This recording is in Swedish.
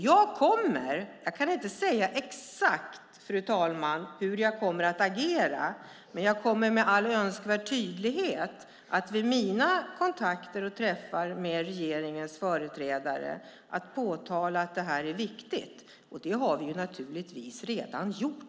Jag kan inte säga exakt, fru talman, hur jag kommer att agera, men jag kommer vid mina kontakter och träffar med regeringens företrädare att med all önskvärd tydlighet påtala att detta är viktigt. Det har vi också naturligtvis redan gjort.